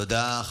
תודה.